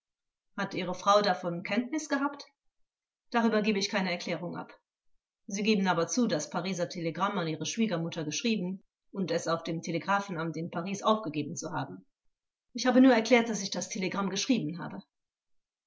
hat ihre frau davon kenntnis gehabt angekl darüber gebe ich keine erklärung ab vors sie geben aber zu das pariser telegramm an ihre schwiegermutter geschrieben und es auf dem telegraphenamt in paris aufgegeben zu haben angekl ich habe nur erklärt daß ich das telegramm geschrieben habe